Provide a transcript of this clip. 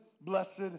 blessed